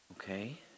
Okay